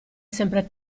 sempre